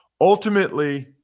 Ultimately